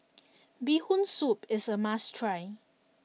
Bee Hoon Soup is a must try